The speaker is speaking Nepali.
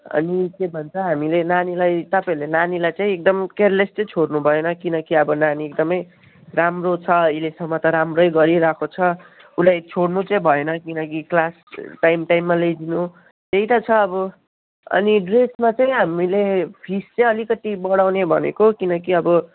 अनि के भन्छ हामीले नानीलाई तपाईँहरूले नानीलाई चाहिँ एकदम केयरलेस चाहिँ छोड्नु भएन किनकि अब नानी एकदमै राम्रो छ अहिलेसम्म त राम्रै गरिरहेको छ उसलाई छोड्नु चाहिँ भएन किनकि क्लास टाइम टाइममा ल्याइदिनु त्यही त छ अब अनि ड्रेसमा चाहिँ हामीले फिस चाहिँ अलिकति बढाउने भनेको किनकि अब